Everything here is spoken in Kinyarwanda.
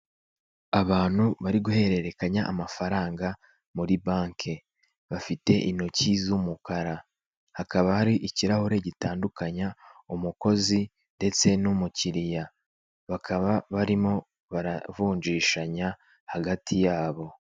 Abantu bari guhererekanya amafaranga muri banke, bafite intoki z'umukara, hakaba hari ikirahure gitandukanya umukozi ndetse n'umukiriya, bakaba barimo baravunjishanya hagati yabo.